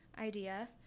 idea